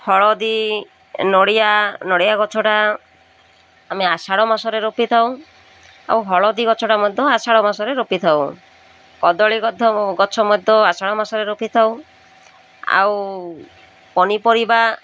ହଳଦୀ ନଡ଼ିଆ ନଡ଼ିଆ ଗଛଟା ଆମେ ଆଷାଢ଼ ମାସରେ ରୋପିଥାଉ ଆଉ ହଳଦୀ ଗଛ ମଧ୍ୟ ଆଷାଢ଼ ମାସରେ ରୋପିଥାଉ କଦଳୀ ଗଛ ମଧ୍ୟ ଆଷାଢ଼ ମାସରେ ରୋପିଥାଉ ଆଉ ପନିପରିବା